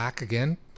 Again